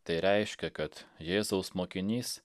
tai reiškia kad jėzaus mokinys